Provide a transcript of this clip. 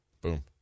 Boom